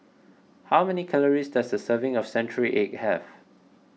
how many calories does a serving of Century Egg have